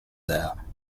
there